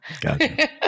Gotcha